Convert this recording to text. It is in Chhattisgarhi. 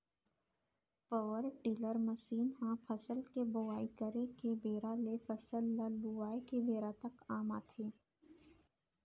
पवर टिलर मसीन ह फसल के बोवई करे के बेरा ले फसल ल लुवाय के बेरा तक काम आथे